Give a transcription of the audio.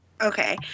Okay